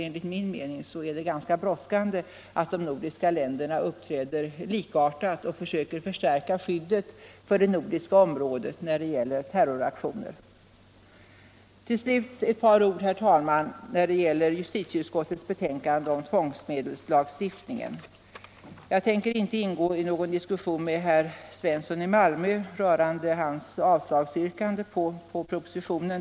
Jag anser att det är brådskande att de nordiska länderna uppträder likartat och försöker stärka skyddet för det nordiska området när det gäller terroraktioner. Till slut ett par ord om justitieutskottets betänkande om tvångsmedelslagstiftningen. Jag tänker här inte ingå i någon diskussion med herr Svensson i Malmö rörande hans avslagsyrkande på propositionen.